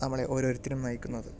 നമ്മളെ ഓരോരുത്തരും നയിക്കുന്നത്